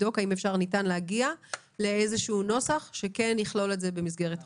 האם ניתן להגיע לאיזשהו נוסח שכן יכלול את זה במסגרת החוק.